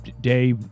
day